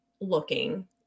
looking